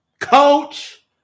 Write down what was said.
Coach